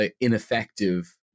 ineffective